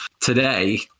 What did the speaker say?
today